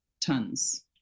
tons